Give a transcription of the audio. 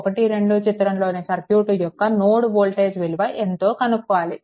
12 చిత్రంలోని సర్క్యూట్ యొక్క node voltage విలువ ఎంతో కనుక్కోవాలి